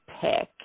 pick